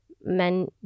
men